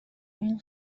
این